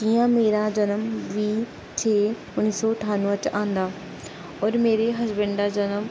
जियां मेरा जनम बीह् छे उन्नी सौ ठानुऐ च आंदा होर मेरे हस्बंड दा जनम